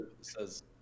says